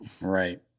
Right